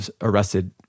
arrested